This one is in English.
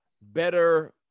Better